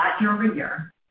year-over-year